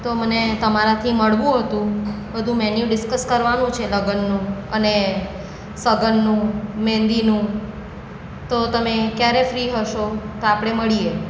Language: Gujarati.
તો મને તમારાથી મળવું હતું બધું મેન્યૂ ડિસ્કસ કરવાનું છે લગ્નનું અને શગનનું મહેંદીનું તો તમે ક્યારે ફ્રી હશો તો આપણે મળીએ